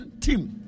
team